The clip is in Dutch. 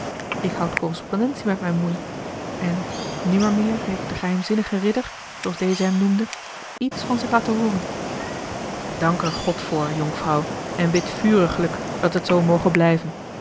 ik houd correspondentie met mijne moei en nimmermeer heeft de geheimzinnige ridder zooals deze hem noemde iets van zich laten hooren dank er god voor jonkvrouw en bid vuriglijk dat het zoo moge blijven